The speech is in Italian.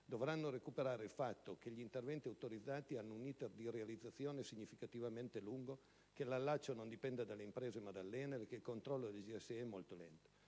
dovranno recuperare il fatto che gli interventi autorizzati hanno un *iter* di realizzazione significativamente lungo, che l'allaccio non dipende dalle imprese, ma dall'ENEL e che il controllo del GSE è molto lento.